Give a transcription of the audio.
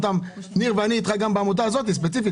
אני איתך ספציפית גם בעמותה הזו,